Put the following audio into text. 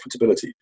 profitability